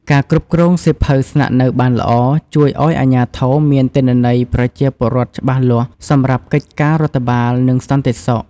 ការគ្រប់គ្រងសៀវភៅស្នាក់នៅបានល្អ ជួយឱ្យអាជ្ញាធរមានទិន្នន័យប្រជាពលរដ្ឋច្បាស់លាស់សម្រាប់កិច្ចការរដ្ឋបាល និងសន្តិសុខ។